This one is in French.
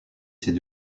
ces